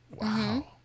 Wow